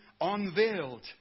unveiled